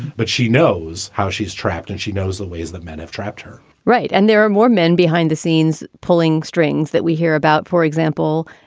but she knows how she's trapped and she knows the ways that men have trapped her right. and there are more men behind the scenes pulling strings that we hear about. for example,